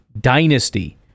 Dynasty